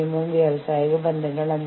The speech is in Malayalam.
ഇത് ജീവനക്കാരുടെ വികസനത്തെ ബാധിക്കും